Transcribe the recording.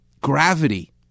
gravity